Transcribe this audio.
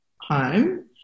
home